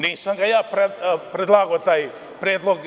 Nisam ja predlagao taj predlog.